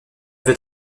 veut